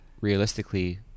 Realistically